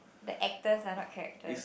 the actors lah not characters